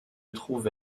trouve